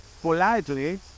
politely